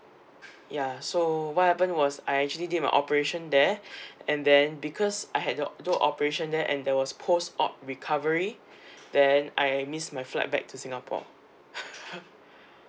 ya so what happened was I actually did my operation there and then because I had the do operation there and there was post op recovery then I missed my flight back to singapore